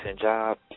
job